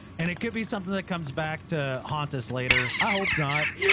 and it could be something that comes back to haunt us later. i hope not,